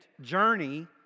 journey